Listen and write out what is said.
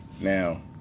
Now